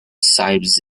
sieves